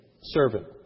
servant